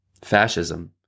fascism